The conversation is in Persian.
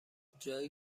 جایی